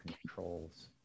controls